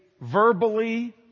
verbally